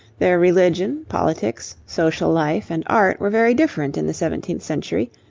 their religion, politics, social life, and art were very different in the seventeenth century,